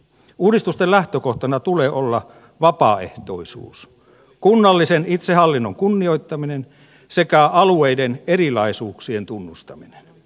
uudistusten lähtökohtana tulee olla vapaaehtoisuus kunnallisen itsehallinnon kunnioittaminen sekä alueiden erilaisuuksien tunnustaminen